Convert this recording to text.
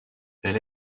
elle